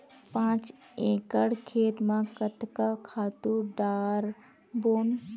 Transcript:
पांच एकड़ खेत म कतका खातु डारबोन?